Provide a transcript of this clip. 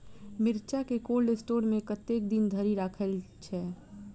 मिर्चा केँ cold store मे कतेक दिन धरि राखल छैय?